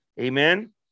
Amen